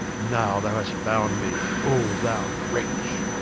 now thou hast bound me, o thou wretch,